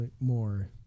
more